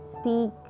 speak